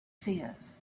seers